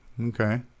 Okay